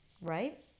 right